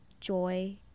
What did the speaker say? joy